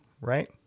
right